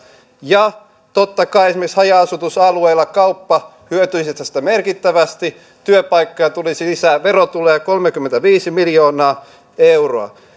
ja totta kai esimerkiksi haja asutusalueilla kauppa hyötyisi tästä merkittävästi työpaikkoja tulisi lisää verotuloja kolmekymmentäviisi miljoonaa euroa